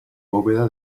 bóveda